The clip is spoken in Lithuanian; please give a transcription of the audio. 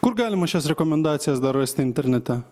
kur galima šias rekomendacijas dar rasti internete